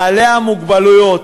בעלי המוגבלות,